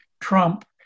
Trump